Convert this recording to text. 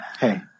Hey